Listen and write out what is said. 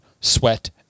sweat